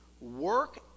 work